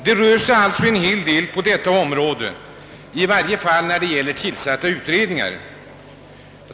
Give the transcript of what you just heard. Det rör sig alltså en hel del på detta område, i varje fall då det gäller utredningar.